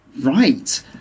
Right